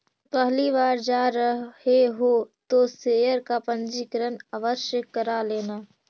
पहली बार जा रहे हो तो शेयर का पंजीकरण आवश्य करा लेना